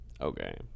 okay